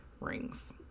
rings